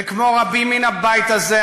וכמו רבים מן הבית הזה,